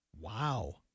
Wow